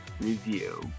Review